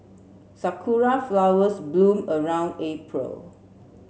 sakura flowers bloom around April